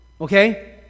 okay